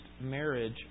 marriage